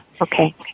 Okay